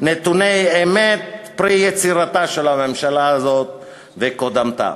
נתוני אמת פרי יצירתן של הממשלה הזאת וקודמתה.